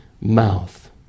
mouth